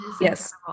yes